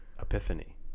epiphany